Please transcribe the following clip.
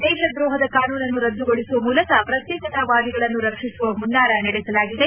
ದೇಶದ್ರೋಹದ ಕಾನೂನುನನ್ನು ರದ್ದುಗೊಳಿಸುವ ಮೂಲಕ ಪ್ರತ್ಯೇಕತಾವಾದಿಗಳನ್ನು ರಕ್ಷಿಸುವ ಹುನ್ನಾರ ನಡೆಸಲಾಗಿದೆ